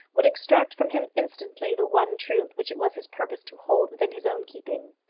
would extract from him instantly the one truth which it was his purpose to hold within his own keeping.